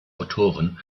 autoren